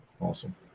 Awesome